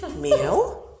meal